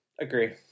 agree